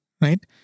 right